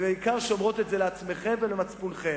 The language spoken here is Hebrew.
ובעיקר שומרות את זה לעצמכם ולמצפונכם.